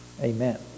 amen